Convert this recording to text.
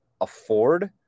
afford